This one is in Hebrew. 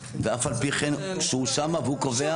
ואף על פי כן שהוא שם והוא קובע --- אנחנו